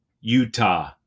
Utah